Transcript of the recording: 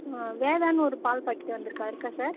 ஆ வேதான்னு ஒரு பால் பாக்கெட்டு வந்திருக்கா இருக்கா சார்